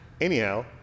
anyhow